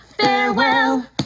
farewell